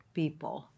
people